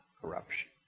corruption